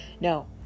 no